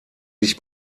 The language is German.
sich